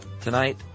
Tonight